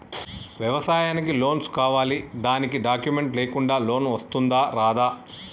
వ్యవసాయానికి లోన్స్ కావాలి దానికి డాక్యుమెంట్స్ లేకుండా లోన్ వస్తుందా రాదా?